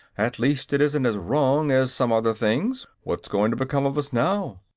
at least, it isn't as wrong as some other things. what's going to become of us now?